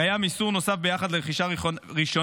קיים איסור נוסף ביחס לרכישה ראשונה,